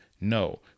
No